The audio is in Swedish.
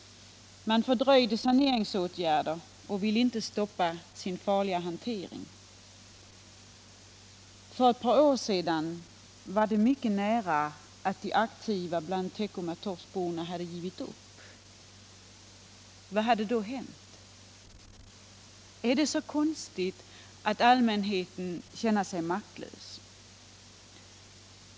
Man fördröjde saneringsåtgärder och ville inte stoppa den farliga hanteringen. För ett par år sedan var det mycket nära att de aktiva bland teckomatorpsborna hade givit upp. Vad hade då hänt? Är det så konstigt att allmänheten känner sig maktlös?